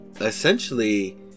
essentially